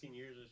years